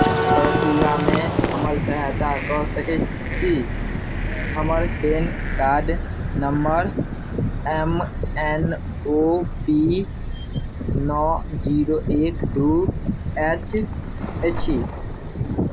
प्रक्रियामे हमर सहायता कऽ सकैत छी हमर PAN card number M N O P नओ जीरो एक दू एच अछि